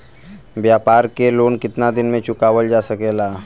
व्यापार के लोन कितना दिन मे चुकावल जा सकेला?